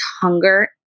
hunger